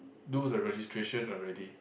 do the registration already